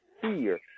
fear